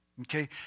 okay